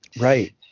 Right